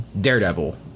daredevil